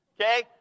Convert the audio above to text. Okay